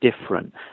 different